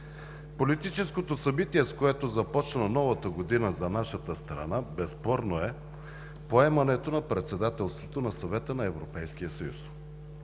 Политическото събитие, с което започна новата година за нашата страна, безспорно е поемането на Председателството на Съвета на Европейския съюз.